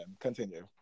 Continue